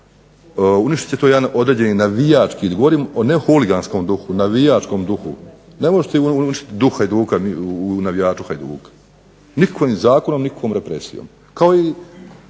uništit će to jedan navijački ne govorim o nehuliganskom duhu, navijačkom duhu. Ne možete uništiti duh Hajduka u navijaču Hajduka nikakvim zakonom nikakvom represijom,